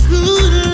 Good